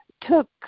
took